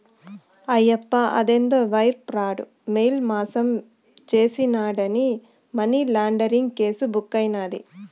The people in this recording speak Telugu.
ఆయప్ప అదేందో వైర్ ప్రాడు, మెయిల్ మాసం చేసినాడాని మనీలాండరీంగ్ కేసు బుక్కైనాది